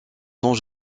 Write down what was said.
sans